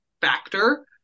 factor